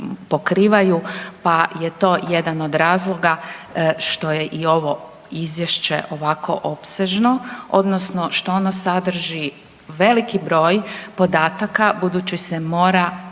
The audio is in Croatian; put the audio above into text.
pokrivaju, pa je to jedan od razloga što je i ovo izvješće ovako opsežno odnosno što ono sadrži veliki broj podataka budući se mora